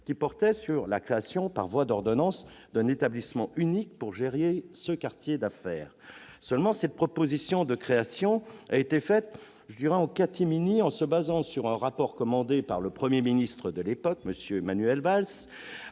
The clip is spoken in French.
qui portait sur la création, par voie d'ordonnance, d'un établissement unique pour gérer ce quartier d'affaires. Seulement, cette proposition de création a été faite en catimini, en se basant sur un rapport commandé par le Premier ministre de l'époque, M. Manuel Valls,